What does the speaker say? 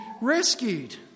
rescued